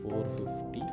450